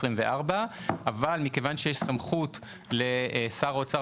מכיוון שיש סמכות לשר האוצר,